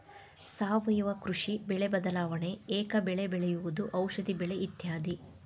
ಸಾವಯುವ ಕೃಷಿ, ಬೆಳೆ ಬದಲಾವಣೆ, ಏಕ ಬೆಳೆ ಬೆಳೆಯುವುದು, ಔಷದಿ ಬೆಳೆ ಇತ್ಯಾದಿ